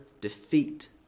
defeat